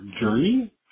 journey